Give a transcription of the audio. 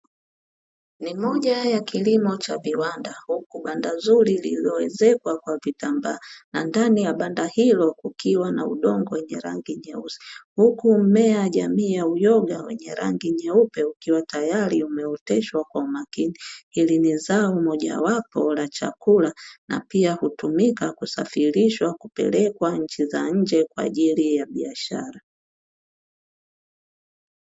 Ni moja ya kilimo cha viwanda huku banda zuri lililoezekwa kwa vitambaa na ndani ya banda hilo kukiwa na udongo wenye rangi nyeusi, huku mimea jamii ya uyoga wenye rangi nyeupe ukiwa tayari umeoteshwa kwa makini, hili ni zao mojawapo la chakula na pia hutumika kusafirishwa kupelekwa nchi za nje kwa ajili ya biashara.